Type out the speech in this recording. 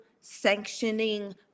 sanctioning